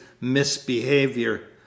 misbehavior